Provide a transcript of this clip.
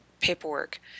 paperwork